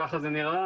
ככה זה נראה,